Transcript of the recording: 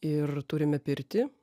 ir turime pirtį